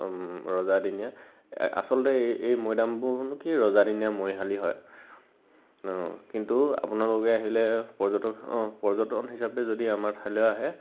ৰজাদিনীয়া আচলতে এই এই মৈদামবোৰনো কি ৰজাদিনীয়া মৰিশালি হয় কিন্তু আপোনালোকে আহিলে পৰ্যটক অঁ পৰ্যটন হিচাপে যদি আমাৰ ঠাইলৈ আহে